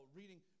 reading